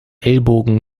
ellbogen